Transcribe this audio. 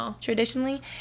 Traditionally